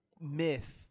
myth